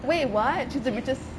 wait [what] she's the richest